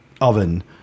oven